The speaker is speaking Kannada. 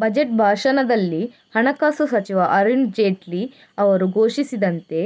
ಬಜೆಟ್ ಭಾಷಣದಲ್ಲಿ ಹಣಕಾಸು ಸಚಿವ ಅರುಣ್ ಜೇಟ್ಲಿ ಅವರು ಘೋಷಿಸಿದಂತೆ